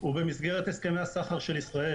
הוא במסגרת הסכמי הסחר של ישראל.